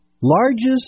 Largest